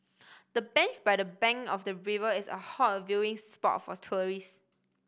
the bench by the bank of the river is a hot viewing spot for tourists